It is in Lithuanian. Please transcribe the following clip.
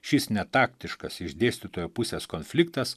šis netaktiškas iš dėstytojo pusės konfliktas